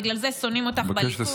בגלל זה שונאים אותך בליכוד,